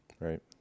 Right